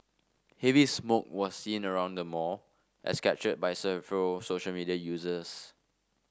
heavy smoke was seen around the mall as captured by several social media users